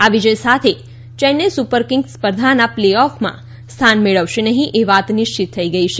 આ વિજય સાથે ચેન્નાઈ સુપર કિંગ્સ સ્પર્ધાના પ્લે ઑફમાં સ્થાન મેળવશે નહીં એ વાત નિશ્ચિત થઈ છે